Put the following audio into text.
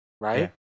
right